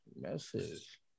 message